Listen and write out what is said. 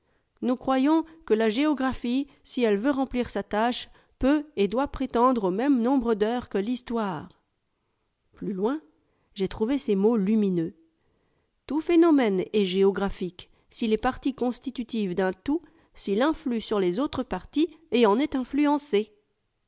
nous croyons que la géographie si elle veut remplir sa tâche peut et doit prétendre au même nombre d'heures que histoire plus loin j'ai trouvé ces mots lumineux tout phénomène est géographique s'il est partie constitutive d'un tout s'il influe sur les autres parties et en est influencé